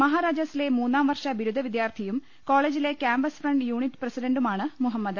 മഹാരാജാസിലെ മൂന്നാം വർഷ ബിരുദ വിദ്യാർത്ഥിയും കോളജിലെ ക്യാമ്പസ് ഫ്രണ്ട് യൂണിറ്റ് പ്രസി ഡണ്ടുമാണ് മുഹമ്മദ്